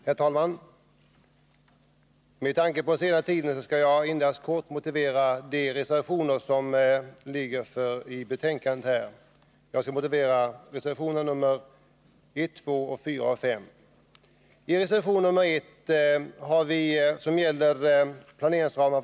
Herr talman! Med tanke på den sena timmen skall jag endast kort motivera de socialdemokratiska reservationerna 1, 2, 4 och 5 till utbildningsutskottets betänkande 24.